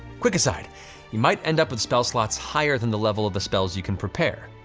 quick aside you might end up with spell slots higher than the level of the spells you can prepare,